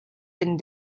been